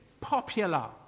Popular